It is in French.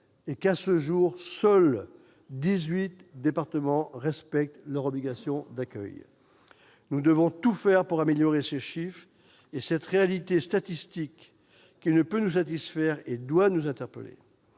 et, à ce jour, seuls dix-huit départements respectent leurs obligations d'accueil. Nous devons tout faire pour améliorer ces chiffres et cette réalité statistique, qui ne peut nous satisfaire et doit nous interpeller.